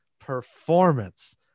performance